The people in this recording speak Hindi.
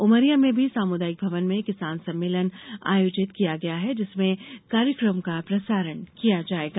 उमरिया में भी सामुदायिक भवन में किसान सम्मेलन आयोजित किया गया है जिसमें कार्यक्रम का प्रसारण किया जायेगा